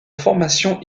formation